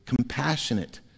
compassionate